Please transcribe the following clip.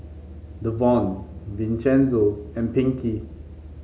Davon Vincenzo and Pinkey